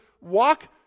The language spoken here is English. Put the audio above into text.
walk